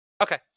Okay